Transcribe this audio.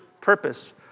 purpose